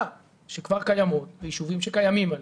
שכבר קיימות וישובים שקיימים עליהן.